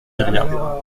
viriat